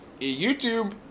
YouTube